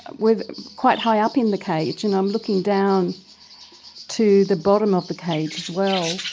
we're quite high up in the cage and i'm looking down to the bottom of the cage as well,